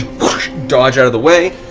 dodge out of the way.